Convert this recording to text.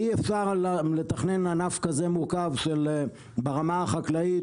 אי אפשר לתכנן ענף כזה מורכב ברמה החקלאית,